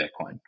Bitcoin